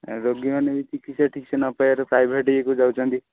ରୋଗୀମାନେ ବି ଚିକିତ୍ସା ଠିକ୍ସେ ନ ପାଇବାରେ ପ୍ରାଇଭେଟ୍ ଇଏକୁ ଯାଉଛନ୍ତି